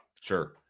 Sure